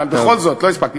אבל בכל זאת, לא הספקתי.